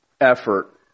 effort